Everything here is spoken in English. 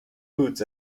foods